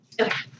Okay